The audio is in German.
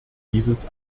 dieses